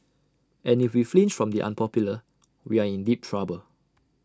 and if we flinch from the unpopular we are in deep trouble